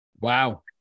Wow